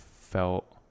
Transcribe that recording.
felt